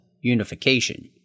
unification